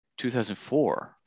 2004